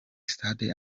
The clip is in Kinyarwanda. stade